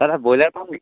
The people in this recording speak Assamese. দাদা ব্ৰইলাৰ পাম নেকি